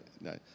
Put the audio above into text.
no